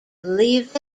leave